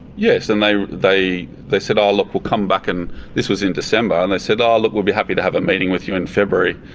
yes, and they they said, oh look, we'll come back, and this was in december, and they said, oh look, we'll be happy to have a meeting with you in february.